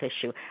issue